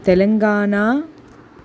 Telangana